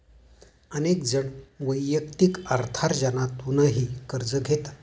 अनेक जण वैयक्तिक अर्थार्जनातूनही कर्ज घेतात